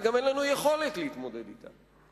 וגם אין לנו יכולת להתמודד אתה.